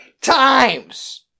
times